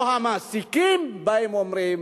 או המעסיקים באים ואומרים: